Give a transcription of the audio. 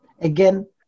Again